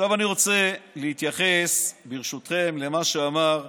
עכשיו אני רוצה להתייחס ברשותכם למה שאמרו